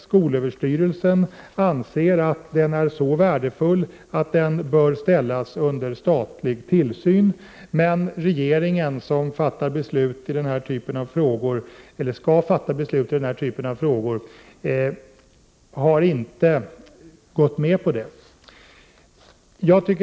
Skolöverstyrelsen anser att den är så värdefull att den bör ställas under statlig tillsyn. Men regeringen, som skall fatta beslut i denna typ av frågor, har inte gått med på detta.